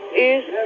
is